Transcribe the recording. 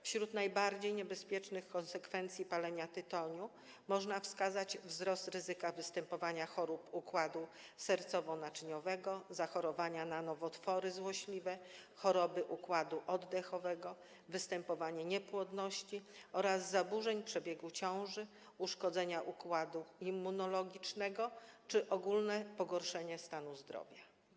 Wśród najbardziej niebezpiecznych konsekwencji palenia tytoniu można wskazać wzrost ryzyka występowania chorób układu sercowo-naczyniowego, zachorowania na nowotwory złośliwe, choroby układu oddechowego, występowanie niepłodności oraz zaburzeń w przebiegu ciąży, uszkodzenie układu immunologicznego czy ogólne pogorszenie stanu zdrowia.